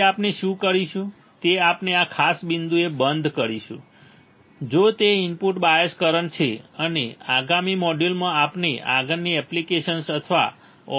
તેથી આપણે શું કરીશું તે આપણે આ ખાસ બિંદુએ બંધ કરીશું જો તે ઇનપુટ બાયઝ કરંટ છે અને આગામી મોડ્યુલમાં આપણે આગળની એપ્લિકેશન્સ અથવા